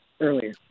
earlier